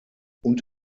und